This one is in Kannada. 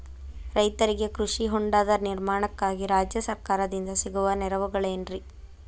ರೈತರಿಗೆ ಕೃಷಿ ಹೊಂಡದ ನಿರ್ಮಾಣಕ್ಕಾಗಿ ರಾಜ್ಯ ಸರ್ಕಾರದಿಂದ ಸಿಗುವ ನೆರವುಗಳೇನ್ರಿ?